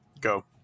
Go